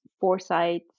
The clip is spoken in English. foresight